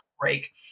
break